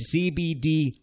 CBD